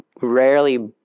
rarely